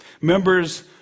Members